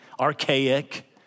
archaic